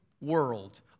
world